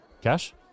Cash